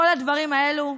כל הדברים האלה.